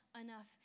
enough